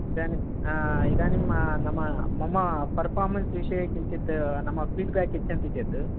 इदानीं इदानीं नाम मम पर्फार्मेन्स् विषये किञ्चित् नाम फीड्बेक् यच्छन्ति चेत्